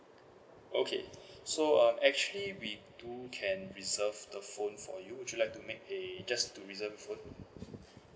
okay so um actually we do can we reserved the phone for you would you like to make a just to reserve the phone